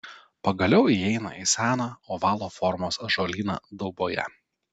pagaliau įeina į seną ovalo formos ąžuolyną dauboje